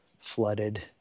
flooded